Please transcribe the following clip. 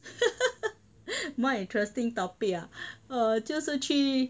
my interesting topic ah 就是去